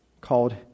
called